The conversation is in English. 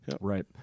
Right